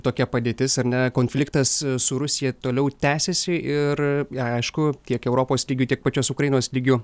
tokia padėtis ar ne konfliktas su rusija toliau tęsiasi ir aišku tiek europos lygiu tiek pačios ukrainos lygiu